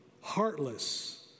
heartless